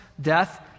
death